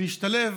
וישתלב